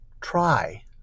try